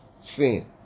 Sin